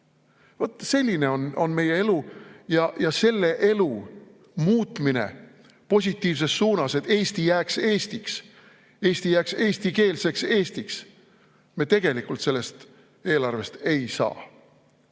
selline on meie elu. Selle elu muutumist positiivses suunas, et Eesti jääks Eestiks, Eesti jääks eestikeelseks Eestiks, me tegelikult selle eelarve abil ei saa.